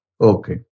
okay